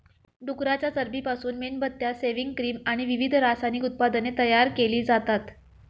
डुकराच्या चरबीपासून मेणबत्त्या, सेव्हिंग क्रीम आणि विविध रासायनिक उत्पादने तयार केली जातात